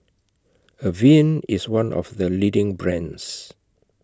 Avene IS one of The leading brands